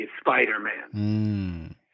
Spider-Man